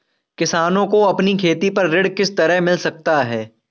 किसानों को अपनी खेती पर ऋण किस तरह मिल सकता है?